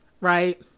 right